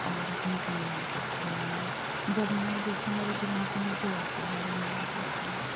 और अपने परिवार को खिलाना जब मैं जैसे मेरे दिमाग़ में जो आता है अरे मैं आज ये बनाऊँ क्या